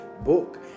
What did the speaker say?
book